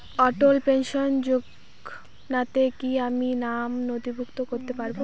অটল pension যোজনাতে কি আমি নাম নথিভুক্ত করতে পারবো?